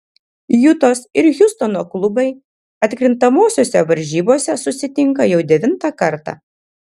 jutos ir hjustono klubai atkrintamosiose varžybose susitinka jau devintą kartą